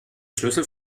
schlüssel